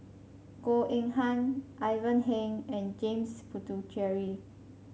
Goh Eng Han Ivan Heng and James Puthucheary